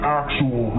actual